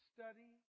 Study